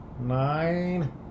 nine